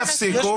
תודה, גלעד.